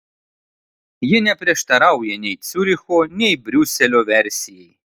ji neprieštarauja nei ciuricho nei briuselio versijai